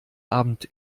abend